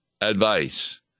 advice